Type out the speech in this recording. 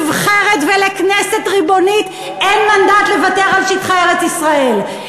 שטענו שלממשלה נבחרת ולכנסת ריבונית אין מנדט לוותר על שטחי ארץ-ישראל.